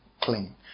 clean